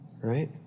Right